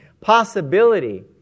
possibility